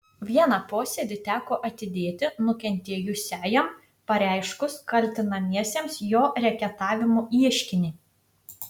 vieną posėdį teko atidėti nukentėjusiajam pareiškus kaltinamiesiems jo reketavimu ieškinį